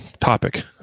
topic